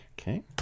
okay